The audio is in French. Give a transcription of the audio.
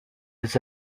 des